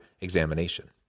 examination